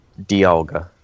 Dialga